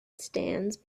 stands